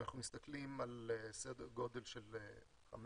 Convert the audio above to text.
אם אנחנו מסתכלים על סדר גודל של חמש,